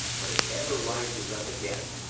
but it ever rises up again,